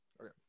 Okay